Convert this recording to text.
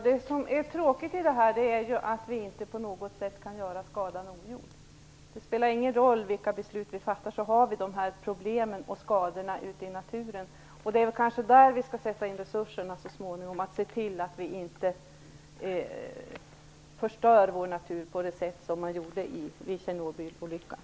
Herr talman! Det tråkiga är att vi inte på något sätt kan göra skadan ogjord. Det spelar ingen roll vilka beslut vi fattar. Problemen och skadorna ute i naturen kvarstår. Det kanske är på det området vi så småningom skall sätta in resurserna och se till att vi inte förstör vår natur på det sätt som skedde vid Tjernobylolyckan.